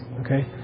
okay